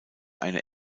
eine